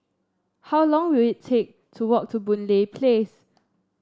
how long will it take to walk to Boon Lay Place